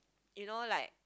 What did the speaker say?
you know like